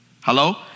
Hello